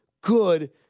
good